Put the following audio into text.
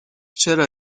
چرا